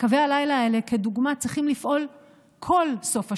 וקווי הלילה האלה לדוגמה צריכים לפעול כל סוף השבוע,